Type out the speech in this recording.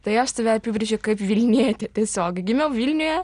tai aš save apibrėžiu kaip vilnietę tiesiog gimiau vilniuje